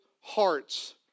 hearts